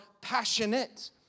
passionate